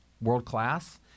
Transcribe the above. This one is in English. world-class